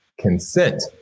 consent